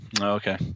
Okay